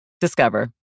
Discover